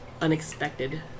unexpected